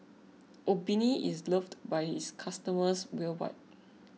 Obimin is loved by its customers worldwide